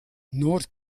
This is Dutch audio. noord